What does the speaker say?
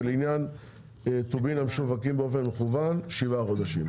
ולעניין טובין המשווקים באופן מקוון שבעה חודשים.